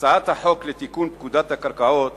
הצעת החוק לתיקון פקודת הקרקעות